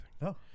No